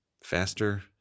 Faster